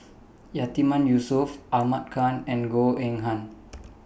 Yatiman Yusof Ahmad Khan and Goh Eng Han